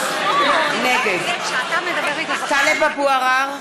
(קוראת בשמות חברי הכנסת) עבדאללה אבו מערוף,